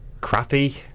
crappy